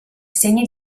segni